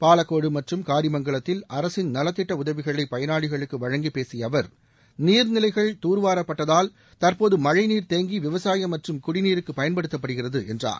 பாலக்கோடு மற்றும் காரிமங்கலத்தில் அரசின் நலத்திட்ட உதவிகளை பயனாளிகளுக்கு வழங்கிப்பேசிய அவர் நீர்நிலைகள் தூர்வாரப்பட்டதால் தற்போது மழைநீர் தேங்கி விவசாயம் மற்றும் குடிநீருக்கு பயன்படுத்தப்படுகிறது என்றார்